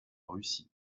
russie